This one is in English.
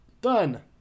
Done